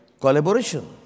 collaboration